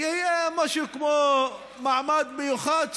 יהיה משהו כמו מעמד מיוחד,